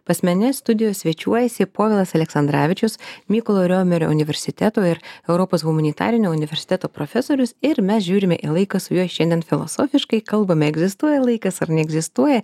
pas mane studijo svečiuojasi povilas aleksandravičius mykolo riomerio universiteto ir europos humanitarinio universiteto profesorius ir mes žiūrime į laiką su juo šiandien filosofiškai kalbame egzistuoja laikas ar neegzistuoja